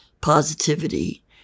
positivity